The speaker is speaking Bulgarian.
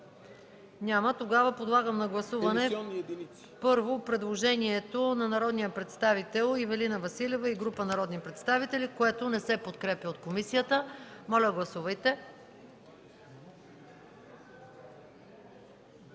Няма. Подлагам на гласуване предложението на народния представител Ивелина Василева и група народни представители, което не е подкрепено от комисията. Гласували